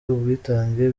ubwitange